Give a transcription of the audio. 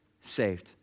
saved